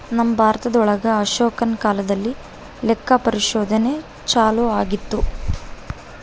ನಮ್ ಭಾರತ ಒಳಗ ಅಶೋಕನ ಕಾಲದಲ್ಲಿ ಲೆಕ್ಕ ಪರಿಶೋಧನೆ ಚಾಲೂ ಆಗಿತ್ತು